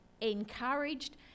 encouraged